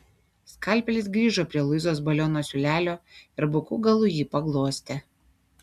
skalpelis grįžo prie luizos baliono siūlelio ir buku galu jį paglostė